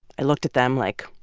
i looked at them like,